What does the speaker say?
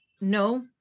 no